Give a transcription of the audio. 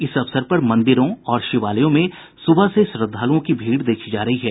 इस अवसर पर मंदिरों और शिवालयों में सुबह से ही श्रद्वालुओं की भीड़ देखी जा रही है